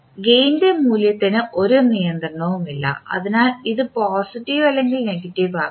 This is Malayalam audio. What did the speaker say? ഗെയിൻറെ മൂല്യത്തിന് ഒരു നിയന്ത്രണവുമില്ല അതിനാൽ ഇത് പോസിറ്റീവ് അല്ലെങ്കിൽ നെഗറ്റീവ് ആകാം